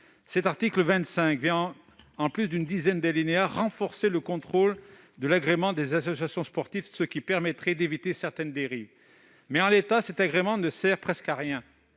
L'article 25 prévoit, au travers d'une dizaine d'alinéas, de renforcer le contrôle de l'agrément des associations sportives, ce qui permettrait d'éviter certaines dérives dans le sport. Mais, en l'état, cet agrément ne sert presque à rien.